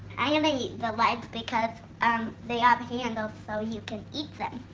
i'm gonna eat the legs because um they have handles so you can eat them.